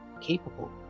capable